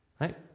right